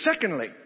Secondly